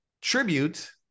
tribute